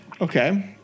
Okay